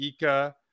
ika